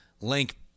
Link